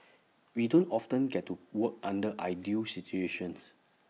we don't often get to work under ideal situations